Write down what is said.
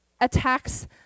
attacks